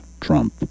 trump